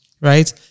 right